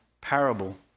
parable